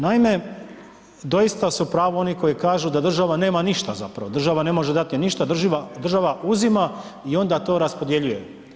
Naime, doista su u pravu oni koji kažu da država nema ništa zapravo, država ne može dati, država uzima i onda to raspodjeljuje.